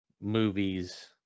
movies